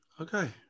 Okay